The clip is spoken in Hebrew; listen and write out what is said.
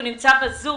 הוא נמצא בזום.